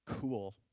cool